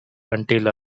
until